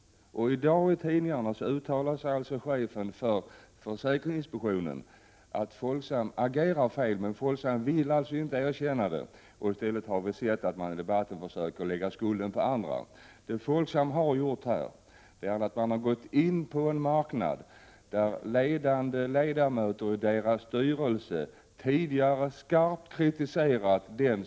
I dagens tidningar säger chefen för försäkringsinspektionen att Folksam agerat fel, men Folksam vill alltså inte erkänna det. Vi har också sett att Folksam i debatten försöker lägga skulden på andra. Folksam har givit sig in på en sorts affärer som framstående ledamöter i dess egen styrelse tidigare skarpt har kritiserat.